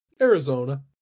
Arizona